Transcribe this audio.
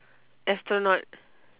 astronaut